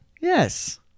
Yes